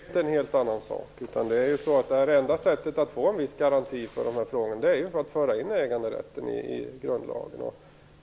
Fru talman! Det är inte en helt annan sak. Det enda sättet att få en viss garanti är att föra in äganderätten i grundlagen.